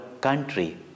country